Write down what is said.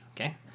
okay